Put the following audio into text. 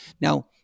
Now